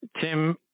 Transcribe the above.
Tim